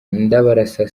ndabarasa